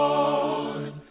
Lord